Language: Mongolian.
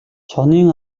чонын